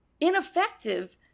ineffective